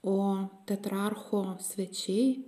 o tetrarcho svečiai